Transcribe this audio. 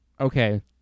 Okay